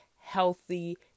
healthy